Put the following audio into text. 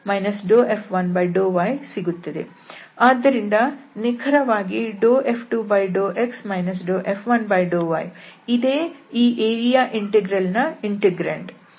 ಆದ್ದರಿಂದ ನಿಖರವಾಗಿ F2∂x F1∂y ಇದೇ ಈ ಏರಿಯಾ ಇಂಟೆಗ್ರಲ್ ನ ಇಂಟೆಗ್ರಾಂಡ್